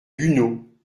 buneaux